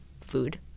food